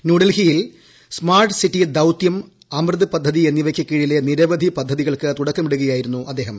ന്യൂഡൽഹിയിൽ സ്മാർട്ട് സിറ്റിദൌത്യം അമൃത് പദ്ധതി എന്നിവയ്ക്ക് കീഴിലെ നിരവ ധി പദ്ധതികൾക്ക് തുടക്കമിടുകയായിരുന്നു അദ്ദേഹം